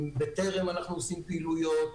עם בטרם אנחנו עושים פעילויות,